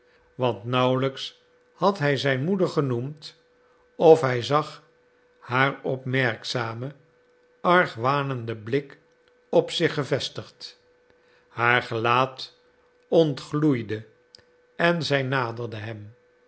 want nauwelijks had hij zijn moeder genoemd of hij zag haar opmerkzamen argwanenden blik op zich gevestigd haar gelaat ontgloeide en zij naderde hem